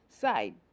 side